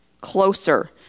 closer